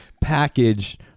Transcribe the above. package